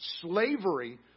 Slavery